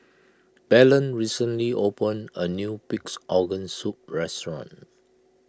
Belen recently opened a new Pig's Organ Soup restaurant